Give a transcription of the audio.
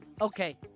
okay